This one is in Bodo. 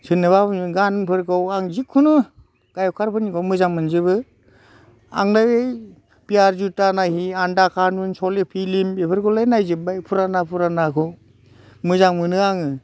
सोरनाबा होनो गानफोरखौ आं जिखुनु गायकखारफोरनिखौ मोजां मोनजोबो आंनै पियार जुथा नोहि आन्धा कानुन स'ले फिल्म बेफोरखौलाय नायजोब्बाय फुराना फुरानाखौ मोजां मोनो आङो